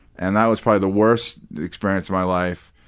and that was probably the worst experience of my life,